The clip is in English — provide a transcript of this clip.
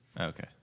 Okay